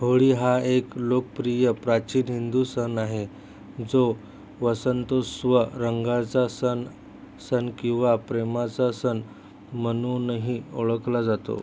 होळी हा एक लोकप्रिय प्राचीन हिंदू सण आहे जो वसंतोत्सव रंगाचा सण सण किंवा प्रेमाचा सण म्हणूनही ओळखला जातो